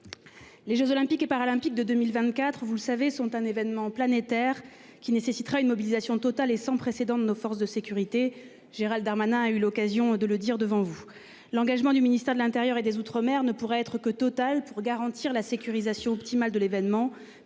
Les Jeux olympiques et paralympiques de 2024. Vous le savez, sont un événement planétaire qui nécessitera une mobilisation totale et sans précédent de nos forces de sécurité, Gérald Darmanin a eu l'occasion de le dire devant vous l'engagement du ministère de l'Intérieur et des Outre-mer ne pourrait être que total pour garantir la sécurisation optimale de l'événement